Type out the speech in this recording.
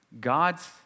God's